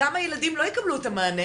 אותם הילדים לא יקבלו את המענה.